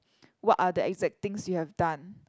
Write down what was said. what are the exact things you have done